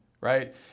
right